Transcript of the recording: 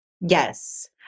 Yes